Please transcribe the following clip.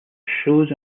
shows